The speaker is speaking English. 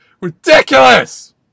RIDICULOUS